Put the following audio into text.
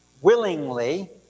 willingly